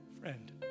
friend